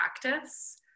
practice